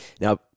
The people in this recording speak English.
Now